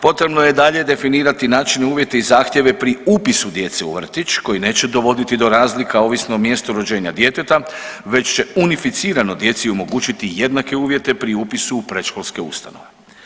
Potrebno je dalje definirati način, uvjete i zahtjeve pri upisu djece u vrtić koji neće dovoditi do razlika ovisno o mjestu rođenja djeteta već će unificirano djeci omogućiti jednake uvjete pri upisu u predškolske ustanove.